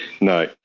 No